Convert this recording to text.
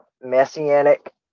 Messianic